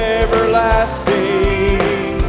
everlasting